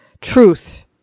truth